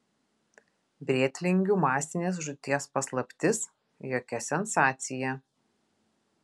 brėtlingių masinės žūties paslaptis jokia sensacija